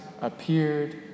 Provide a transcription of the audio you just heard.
appeared